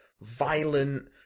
violent